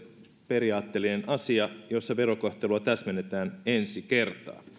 periaatteellinen asia jossa verokohtelua täsmennetään ensi kertaa